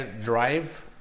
drive